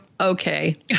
okay